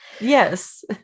Yes